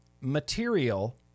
material